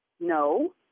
No